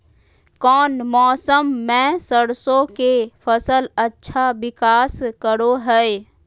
कौन मौसम मैं सरसों के फसल अच्छा विकास करो हय?